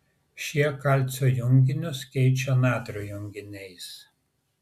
šie kalcio junginius keičia natrio junginiais